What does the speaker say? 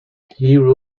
hero